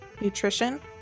nutrition